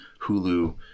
Hulu